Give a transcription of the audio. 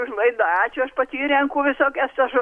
už laidą ačiū aš pati renku visokias tas